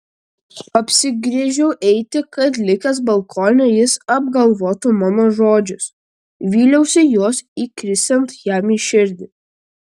apsigręžiau eiti kad likęs balkone jis apgalvotų mano žodžius vyliausi juos įkrisiant jam į širdį